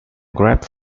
grabbed